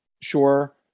sure